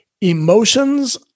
Emotions